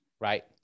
right